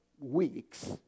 weeks